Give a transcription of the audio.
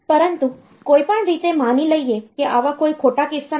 પરંતુ કોઈપણ રીતે માની લઈએ કે આવા કોઈ ખોટા કિસ્સા નથી